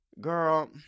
Girl